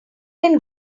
can